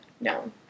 No